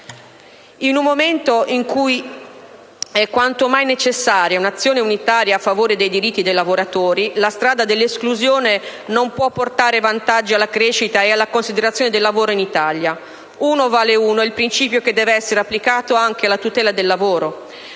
In un momento in cui è quanto mai necessaria un'azione unitaria a favore dei diritti dei lavoratori, la strada dell'esclusione non può portare vantaggi alla crescita e alla considerazione del lavoro in Italia. Uno vale uno è il principio che deve essere applicato anche alla tutela del lavoro.